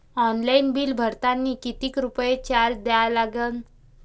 Online bill भरतानी कितीक रुपये चार्ज द्या लागन?